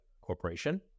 corporation